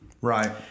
Right